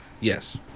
Yes